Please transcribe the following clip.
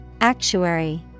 Actuary